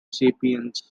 sapiens